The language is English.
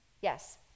Yes